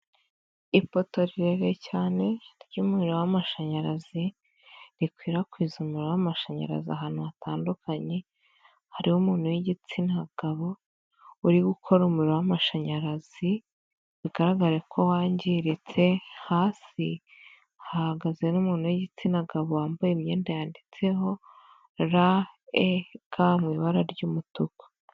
Ipoto rirerire cyane ry'umuriro w'amashanyarazi rikwirakwiza umuriro w'amashanyarazi ahantu hatandukanye, hariho umuntu w'igitsina gabo uri gukora umuriro w'amashanyarazi, bigaragare ko wangiritse hasi hahagaze n'umuntu w'igitsina gabo wambaye imyenda yanditse mu ibara ry'umutuku.